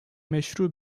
meşru